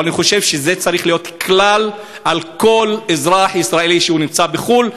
אבל אני חושב שזה צריך להיות כלל לכל אזרח ישראלי שנמצא בחו"ל,